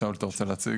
שאול, אתה רוצה להציג?